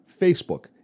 Facebook